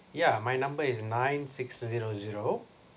yeah my number is nine six zero zero